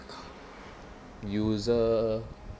user